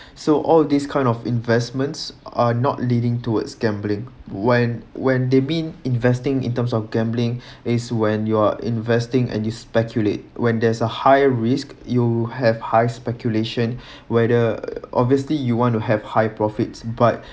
so all these kind of investments are not leading towards gambling when when they mean investing in terms of gambling is when you are investing and you speculate when there's a high risk you have high speculation whether obviously you want to have high profits but